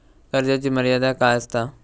कर्जाची मर्यादा काय असता?